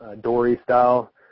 dory-style